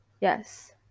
yes